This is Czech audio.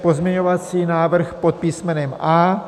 Pozměňovací návrh pod písmenem A.